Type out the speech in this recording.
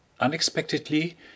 unexpectedly